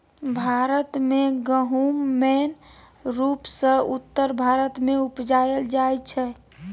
भारत मे गहुम मेन रुपसँ उत्तर भारत मे उपजाएल जाइ छै